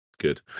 Good